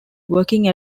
working